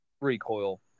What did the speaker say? recoil